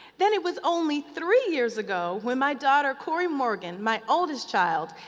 then it was only three years ago, when my daughter, corey morgan, my oldest child,